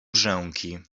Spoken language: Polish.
brzęki